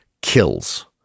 kills